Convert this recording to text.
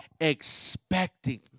expecting